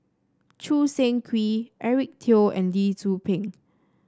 Choo Seng Quee Eric Teo and Lee Tzu Pheng